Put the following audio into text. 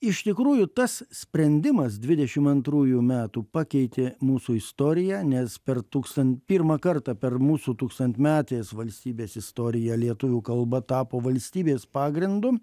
iš tikrųjų tas sprendimas dvidešim antrųjų metų pakeitė mūsų istoriją nes per tūkstan pirmą kartą per mūsų tūkstantmetės valstybės istoriją lietuvių kalba tapo valstybės pagrindu